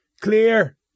Clear